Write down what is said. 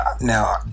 Now